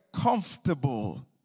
comfortable